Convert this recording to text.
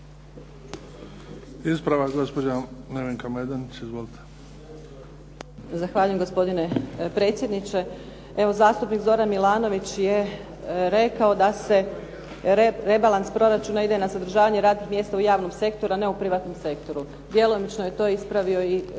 Ispravak, gospođa Nevenka Majdenić. Izvolite. **Majdenić, Nevenka (HDZ)** Zahvaljujem gospodine predsjedniče. Evo, zastupnik Zoran Milanović je rekao da se rebalans proračuna ide na zadržavanje radnih mjesta u javnom sektoru, a ne u privatnom sektoru. Djelomično je to ispravio i gospodin